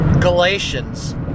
Galatians